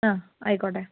ആ ആയിക്കോട്ടെ